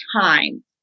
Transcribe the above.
time